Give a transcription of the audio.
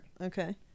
Okay